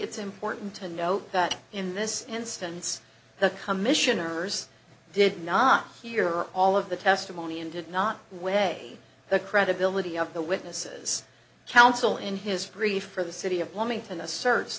it's important to note that in this instance the commissioners did not hear all of the testimony and did not weigh the credibility of the witnesses counsel in his brief for the city of bloomington